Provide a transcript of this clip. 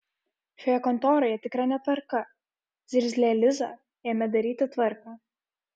šioje kontoroje tikra netvarka zirzlė liza ėmė daryti tvarką